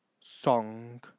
Song